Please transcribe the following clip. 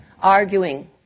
arguing